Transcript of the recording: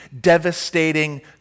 devastating